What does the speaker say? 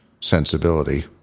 sensibility